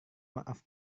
maaf